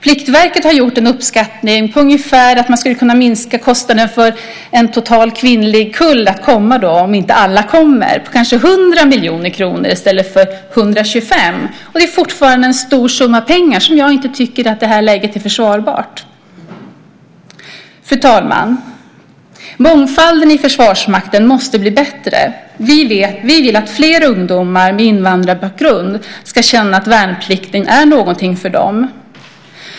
Pliktverket har gjort uppskattningen att man skulle kunna minska kostnaden för en hel kvinnlig kull att mönstra om inte alla kommer till kanske 100 miljoner kronor i stället för 125 miljoner kronor. Det är fortfarande en stor summa pengar som jag i detta läge inte tycker är försvarbar. Fru talman! Mångfalden i Försvarsmakten måste bli bättre. Vi vill att fler ungdomar med invandrarbakgrund ska känna att värnplikten är någonting för dem.